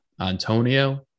Antonio